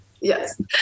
yes